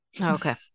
Okay